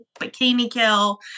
Bikini-Kill